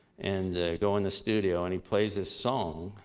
and, go in the studio, and he plays this song.